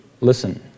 Listen